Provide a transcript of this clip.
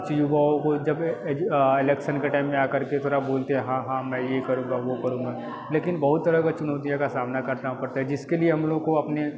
कुछ युवाओं को जब इलेक्सन के टाइम में आकर के थोड़ा बोलते हैं हाँ हाँ मैं ये करूँगा वो करूँगा लेकिन बहुत तरह का चुनौतियाँ का सामना करना पड़ता है जिसके लिए हम लोग को अपने